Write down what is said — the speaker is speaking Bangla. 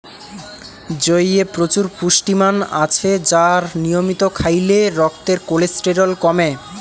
জইয়ে প্রচুর পুষ্টিমান আছে আর নিয়মিত খাইলে রক্তের কোলেস্টেরল কমে